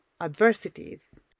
adversities